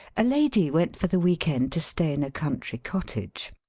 a lady went for the week-end to stay in a country cottage.